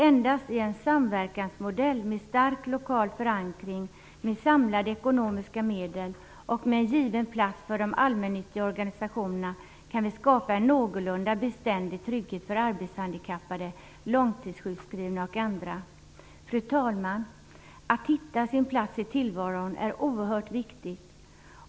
Endast i en samverkansmodell med stark lokal förankring med samlade ekonomiska medel och med en given plats för de allmännyttiga organisationerna kan vi skapa en någorlunda beständig trygghet för arbetshandikappade, långtidssjukskrivna och andra. Fru talman! Att hitta sin plats i tillvaron är oerhört viktigt.